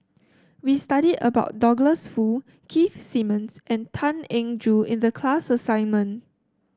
we studied about Douglas Foo Keith Simmons and Tan Eng Joo in the class assignment